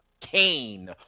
Kane